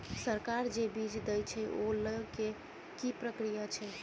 सरकार जे बीज देय छै ओ लय केँ की प्रक्रिया छै?